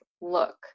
look